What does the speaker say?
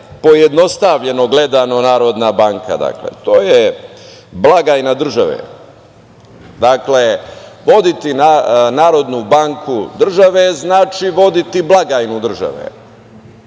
pojednostavljeno gledano Narodna banka? To je blagajna države. Voditi Narodnu banku države znači voditi blagajnu države.